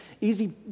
easy